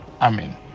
Amen